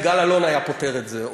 יגאל אלון היה פותר את זה,